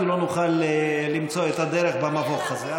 כי לא נוכל למצוא את הדרך במבוך הזה.